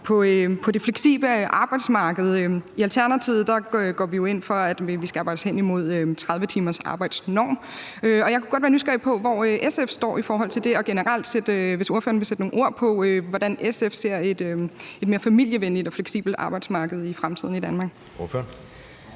på det fleksible arbejdsmarked. I Alternativet går vi jo ind for, at vi skal arbejde os hen imod en 30 timers arbejdsnorm, og jeg kunne godt være nysgerrig på, hvor SF står i forhold til det, og ordføreren må også godt sætte nogle ord på, hvordan SF ser et mere familievenligt og fleksibelt arbejdsmarked i fremtiden i Danmark.